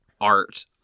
art-